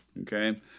Okay